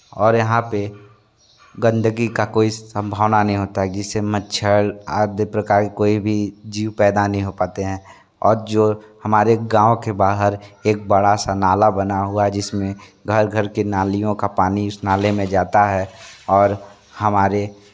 और यहाँ पे गंदगी का कोई संभावना नहीं होता है जिससे मच्छर आदि प्रकार की कोई भी जीव पैदा नहीं हो पाते हैं और जो हमारे गाँव के बाहर एक बड़ा सा नाला बना हुआ जिसमें घर घर के नालियों का पानी उस नाले में जाता है और हमारे